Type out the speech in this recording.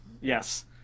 Yes